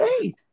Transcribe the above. Hey